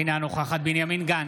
אינה נוכחת בנימין גנץ,